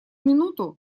минуту